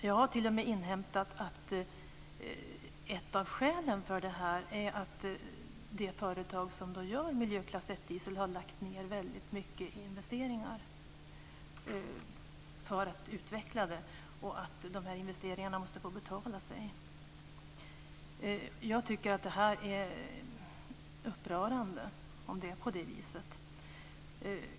Jag har t.o.m. inhämtat att ett av skälen för det här är att det företag som gör miljöklass 1-diesel har gjort väldigt stora investeringar för att utveckla den, och de här investeringarna måste få betala sig. Jag tycker att det är upprörande om det är på det viset.